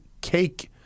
cake